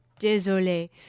désolé